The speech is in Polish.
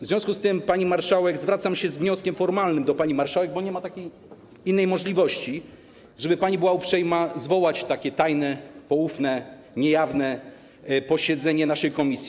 W związku z tym, pani marszałek, zwracam się z wnioskiem formalnym do pani marszałek, bo nie ma innej możliwości, żeby była pani uprzejma zwołać takie tajne, poufne, niejawne posiedzenie naszej komisji.